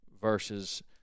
versus